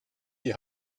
die